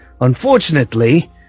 Unfortunately